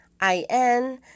I-N